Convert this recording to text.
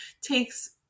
takes